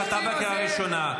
אתה בקריאה ראשונה,